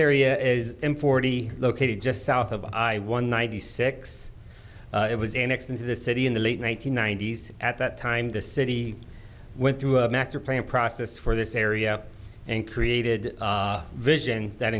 area is in forty located just south of i one ninety six it was annexed into the city in the late one nine hundred ninety s at that time the city went through a master plan process for this area and created a vision that